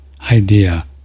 idea